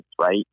right